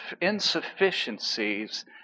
insufficiencies